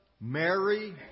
Mary